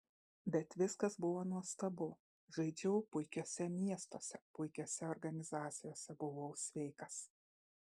bet viskas buvo nuostabu žaidžiau puikiuose miestuose puikiose organizacijose buvau sveikas